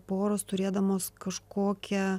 poros turėdamos kažkokią